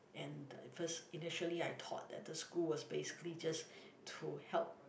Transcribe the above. and at first initially I thought that the school was basically just to help